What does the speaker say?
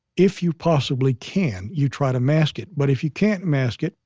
if you possibly can, you try to mask it, but if you can't mask it,